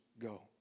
go